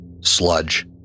sludge